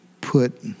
put